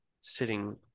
sitting